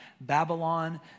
Babylon